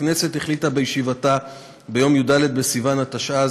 הכנסת החליטה בישיבתה ביום י"ד בסיוון התשע"ז,